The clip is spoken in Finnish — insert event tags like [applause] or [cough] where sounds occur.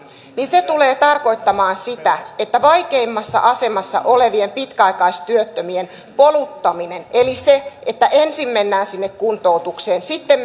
niin se tulee tarkoittamaan sitä että katkeaa vaikeimmassa asemassa olevien pitkäaikaistyöttömien poluttaminen eli se että ensin mennään sinne kuntoutukseen ja sitten [unintelligible]